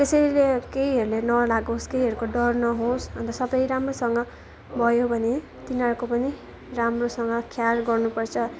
त्यसैले केहीहरूले नलागोस् केहीहरूको डर नहोस् अन्त सबै राम्रोसँग भयो भने तिनीहरूको पनि राम्रोसँग ख्याल गर्नुपर्छ